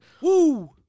Woo